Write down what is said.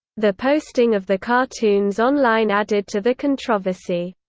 the posting of the cartoons online added to the controversy.